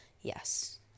yes